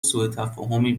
سوتفاهمی